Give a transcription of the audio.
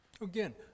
Again